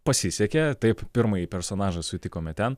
pasisekė taip pirmąjį personažą sutikome ten